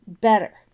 better